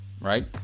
right